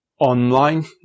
online